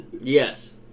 Yes